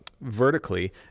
vertically